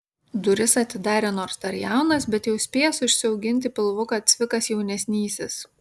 duris atidarė nors dar jaunas bet jau spėjęs užsiauginti pilvuką cvikas jaunesnysis